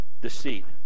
deceit